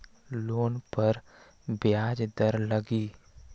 Loan पर ब्याज दर लगी?